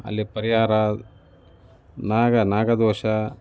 ಅಲ್ಲಿ ಪರಿಹಾರ ನಾಗ ನಾಗದೋಷ